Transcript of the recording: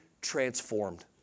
transformed